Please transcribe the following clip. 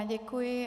Já děkuji.